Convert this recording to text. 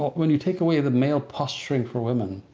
when you take away the male posturing for women,